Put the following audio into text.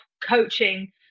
coaching